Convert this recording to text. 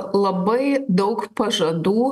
labai daug pažadų